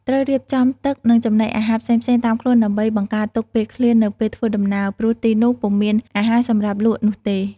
ត្រូវរៀបចំទឹកនិងចំណីអារហារផ្សេងៗតាមខ្លួនដើម្បីបង្កាទុកពេលឃ្លាននៅពេលធ្វើដំណើរព្រោះទីនោះពុំមានអារហារសម្រាប់លក់នោះទេ។